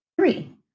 Three